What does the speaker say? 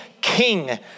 king